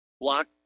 Block